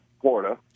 Florida